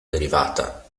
derivata